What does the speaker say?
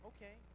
Okay